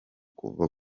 kuva